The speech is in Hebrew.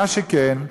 מה שכן,